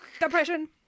Depression